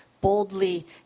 boldly